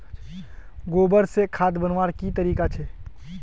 गोबर से खाद बनवार की तरीका छे?